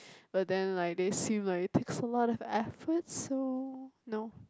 but then like they seem like it takes a lot of effort so